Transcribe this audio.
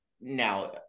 now